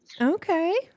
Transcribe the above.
Okay